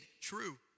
true